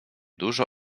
dużo